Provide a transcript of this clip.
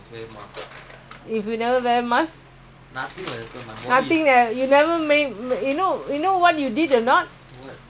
when the covid nineteen during the lockdown what you did you you with your friends all